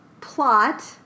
plot